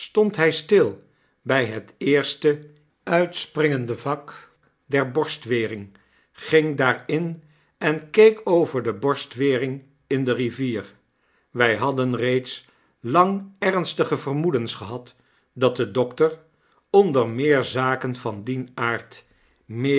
stond hy stil by het eerste uitspringende vak der borstwering ging daar in en keek over de bostwering in de rivier wij hadden reeds lang ernstige vermoedens gehad dat de dokter onder meer zaken van dien aard meer